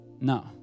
no